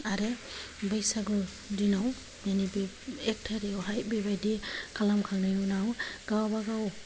आरो बैसागु दिनाव बेनि बे एक तारिकआवहाय बेबायदि खालामखांनाय उनाव गावबागाव